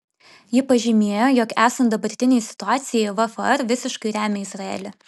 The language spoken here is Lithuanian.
ji pažymėjo jog esant dabartinei situacijai vfr visiškai remia izraelį